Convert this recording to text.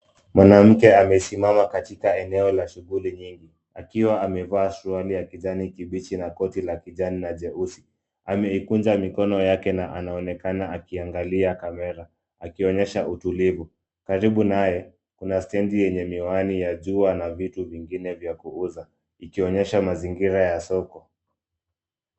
Mwanamke amesimama katika eneo la shughuli nyingi. Akiwa amevaa suruali ya kijani kibichi na koti la kijani na jeusi. Ameikunja mikono yake na anaonekana akiangalia kamera. Akionyesha utulivu. Karibu naye, kuna stand yenye miwani ya jua na vitu vingine vya kuuza. Ikionyesha mazingira ya soko.